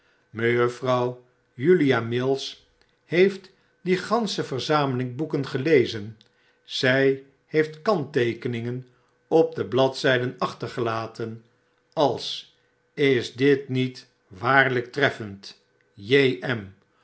mejuffrouw julia mills heeft die gansche verzameling boeken gelezen zy heeft kantteekeningen op de bladztjden achtergelaten als is dit niet waarlijk treffend j ii